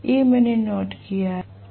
ये मैंने नोट किया है